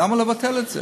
למה לבטל את זה?